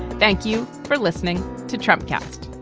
thank you for listening to trump cast